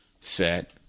set